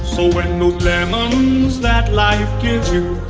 so when those lemons that life gives you.